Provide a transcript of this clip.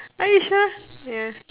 are you sure ya